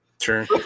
Sure